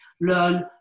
Learn